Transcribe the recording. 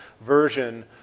version